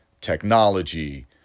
technology